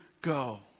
go